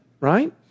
Right